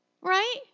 right